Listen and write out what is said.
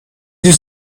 just